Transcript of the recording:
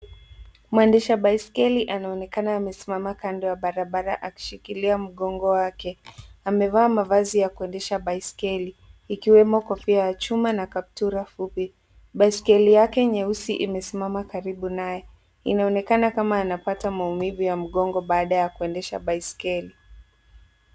Mwendesha baiskeli anaonekana amesimama kando ya barabara akishikilia mgongo wake. Amevaa mavazi ya kuendesha baiskeli ikwemo kofia ya chuma na kaptura fupi. Baiskeli yake nyeusi imesimama karibu naye. Inaonekana kama anapata maumivu ya mgongo baada ya kuendesha baiskeli.